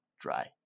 dry